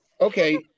Okay